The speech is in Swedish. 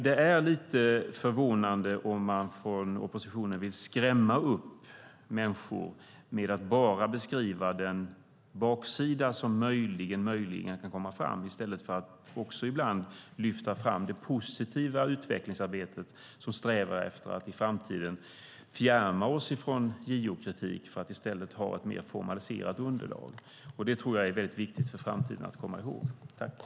Det är lite förvånande om oppositionen vill skrämma upp människor genom att bara beskriva den baksida som möjligen kan visa sig finnas, i stället för att också ibland lyfta fram det positiva utvecklingsarbetet, där vi strävar efter att i framtiden fjärma oss från JO-kritik och i stället ha ett mer formaliserat underlag. Det tror jag är viktigt att komma ihåg inför framtiden.